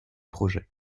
projet